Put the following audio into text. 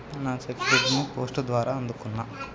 నా cheque book ని post ద్వారా అందుకున్నా